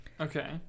Okay